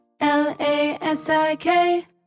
L-A-S-I-K